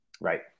Right